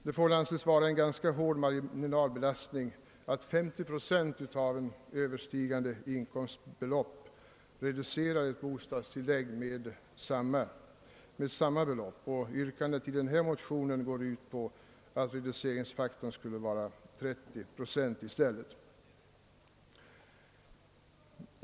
Det måste anses vara en ganska hård marginalbelastning, att 50 procent av ett Ööverskjutande inkomstbelopp reducerar ett bostadstillägg med lika mycket; yrkandet i motionen går ut på att reduceringsfaktorn i stället skall vara 30 procent.